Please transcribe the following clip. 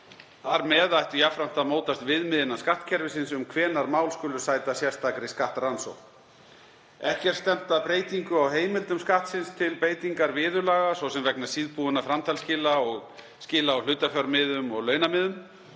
Þar með ættu jafnframt að mótast viðmið innan skattkerfisins um hvenær mál skulu sæta sérstakri skattrannsókn. Ekki er stefnt að breytingu á heimildum Skattsins til beitingar viðurlaga, svo sem vegna síðbúinna framtalsskila og skila á hlutafjármiðum og launamiðum.